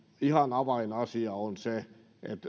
ihan avainasia on se